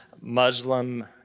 Muslim